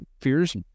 fear's